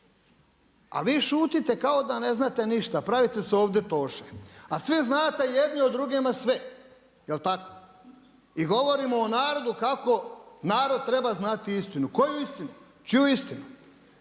a vi šutite kao da ne znate ništa, pravite te se ovdje toše. A sve znate, jedni o drugima sve, jel tako. I govorimo o narodu kako treba znati istinu, koju istinu? Čiju istinu?